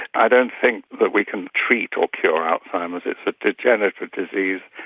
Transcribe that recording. i don't think that we can treat or cure alzheimer's, it's a degenerative disease,